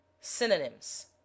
Synonyms